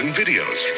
videos